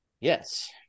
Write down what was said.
Yes